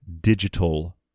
digital